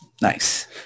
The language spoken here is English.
Nice